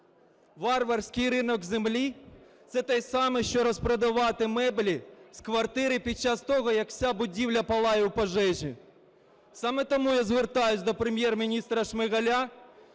Варварський ринок землі – це те саме, що розпродавати меблі з квартири під час того, як вся будівля палає в пожежі. Саме тому я звертаюсь до Прем'єр-міністра Шмигаля